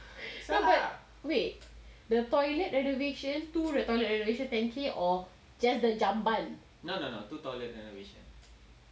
wait the toilet renovations two toilet renovation ten K or just the jamban